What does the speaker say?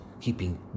keeping